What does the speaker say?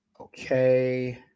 Okay